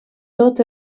tot